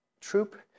troop